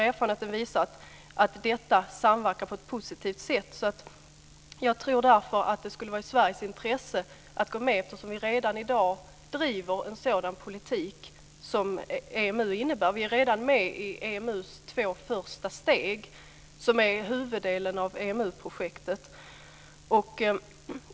Erfarenheten visar att detta samverkar på ett positivt sätt. Jag tror därför att det skulle vara i Sveriges intresse att gå med, eftersom vi redan i dag driver en sådan politik som EMU innebär. Vi är redan med i EMU:s två första steg, som är huvuddelen av EMU-projektet.